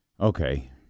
Okay